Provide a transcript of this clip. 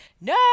No